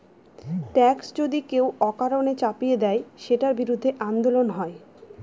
tax যদি কেউ অকারণে চাপিয়ে দেয়, সেটার বিরুদ্ধে আন্দোলন হয়